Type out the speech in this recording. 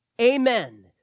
amen